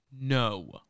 No